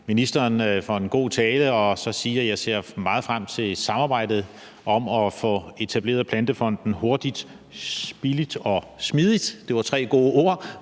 ministeren for en god tale og sige, at jeg ser meget frem til samarbejdet om at få etableret Plantefonden hurtigt, billigt og smidigt – det var tre gode ord